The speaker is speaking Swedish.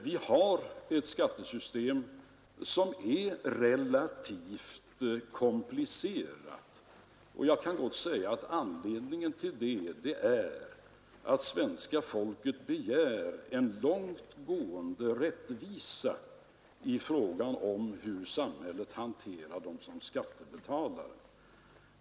Vi har ett skattesystem som är relativt komplicerat, och anledningen till det är att svenska folket begär en långt gående rättvisa i fråga om hur samhället hanterar oss som skattebetalare.